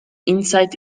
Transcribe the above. insight